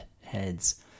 heads